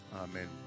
amen